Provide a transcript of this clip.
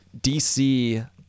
DC